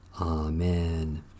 Amen